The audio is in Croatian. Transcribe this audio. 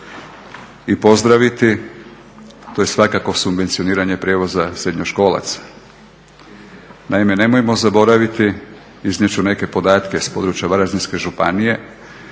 i pozdraviti to je svakako subvencioniranje prijevoza srednjoškolaca. Naime nemojmo zaboraviti, iznijet ću neke podatke s područja Varaždinske županije,